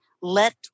Let